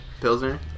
Pilsner